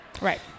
Right